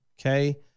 Okay